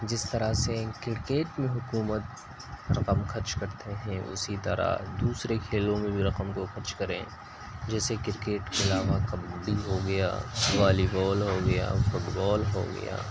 جس طرح سے کرکٹ میں حکومت رقم خرچ کرتے ہیں اسی طرح دوسرے کھیلوں میں بھی رقم کو خرچ کریں جیسے کرکٹ کے علاوہ کبڈی ہو گیا والی بال ہو گیا فٹ بال ہو گیا